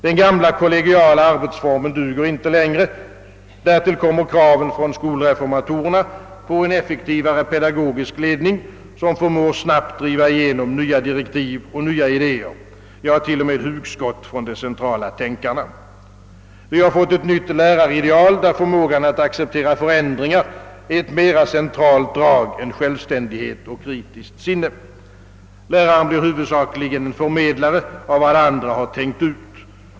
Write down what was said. Den gamla kollegiala arbetsformen duger inte längre. Därtill kommer kraven från skolrefor matorerna på en effektivare pedagogisk ledning, som snabbt förmår driva igenom nya direktiv och idéer, ja, till och med hugskott från de centrala tänkarna. Vi har fått ett nytt lärarideal, där förmågan att acceptera förändringar är ett mera centralt drag än självständighet och kritiskt sinne. Läraren blir huvudsakligen en förmedlare av vad andra har tänkt ut.